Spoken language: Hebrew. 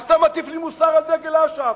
אז אתה מטיף לי מוסר על דגל אש"ף,